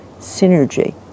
synergy